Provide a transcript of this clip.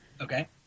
Okay